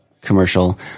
commercial